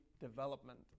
development